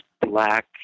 black